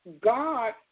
God